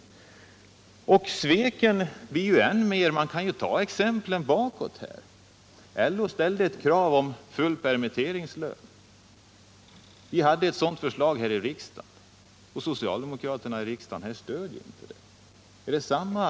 Att socialdemokraterna sviker i frågor som dessa har vi exempel på även bakåt i tiden. LO ställde t.ex. ett krav på full permitteringslön. Vi lade fram ett förslag härom i riksdagen. Socialdemokraterna i riksdagen stödde inte det förslaget.